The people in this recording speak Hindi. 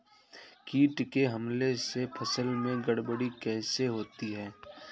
कीट के हमले से फसल में गड़बड़ी कैसे होती है?